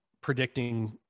predicting